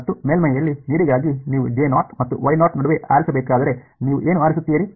ಮತ್ತು ಮೇಲ್ಮೈಯಲ್ಲಿ ನೀರಿಗಾಗಿ ನೀವು ಮತ್ತು ನಡುವೆ ಆರಿಸಬೇಕಾದರೆ ನೀವು ಏನು ಆರಿಸುತ್ತೀರಿ